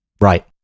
Right